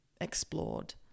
explored